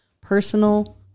personal